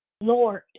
Lord